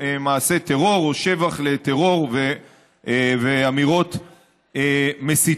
מעשי טרור או שבח לטרור ואמירות מסיתות.